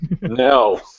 No